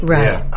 Right